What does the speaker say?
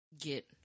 get